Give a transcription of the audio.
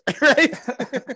right